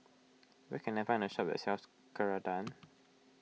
where can I find a shop that sells Ceradan